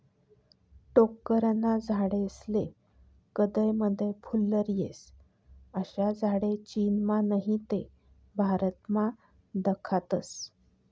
टोक्करना झाडेस्ले कदय मदय फुल्लर येस, अशा झाडे चीनमा नही ते भारतमा दखातस